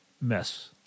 mess